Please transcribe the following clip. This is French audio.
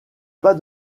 pas